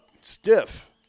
stiff –